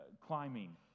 climbing